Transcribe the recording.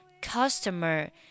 customer